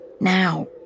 Now